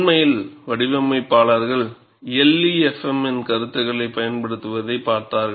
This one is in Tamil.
உண்மையில் வடிவமைப்பாளர்கள் LEFM இன் கருத்துக்களைப் பயன்படுத்துவதைப் பார்த்தார்கள்